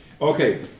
okay